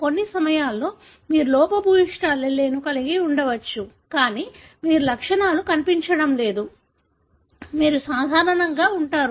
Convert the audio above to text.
కొన్ని సమయాల్లో మీరు లోపభూయిష్ట allele ను కలిగి ఉండవచ్చు కానీ మీరు లక్షణాలు కనిపించడం లేదు మీరు సాధారణంగానే ఉంటారు